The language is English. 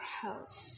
house